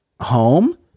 home